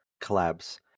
collabs